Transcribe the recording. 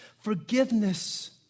forgiveness